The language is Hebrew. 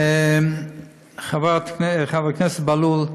חבר הכנסת בהלול,